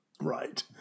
Right